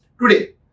today